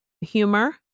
humor